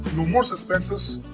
no more suspenses.